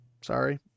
sorry